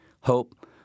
hope